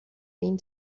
این